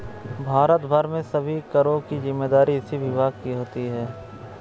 भारत भर में सभी करों की जिम्मेदारी इसी विभाग की होती है